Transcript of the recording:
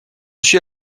suis